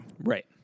Right